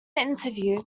interview